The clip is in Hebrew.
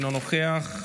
אינו נוכח,